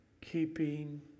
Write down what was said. keeping